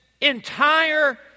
entire